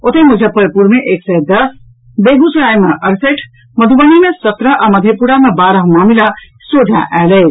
ओतहि मुजफ्फरपुर मे एक सय दस बेगूसराय मे अड़सठि मधुबनी मे सत्रह आ मधेपुरा मे बारह मामिला सोझा आयल अछि